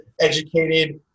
educated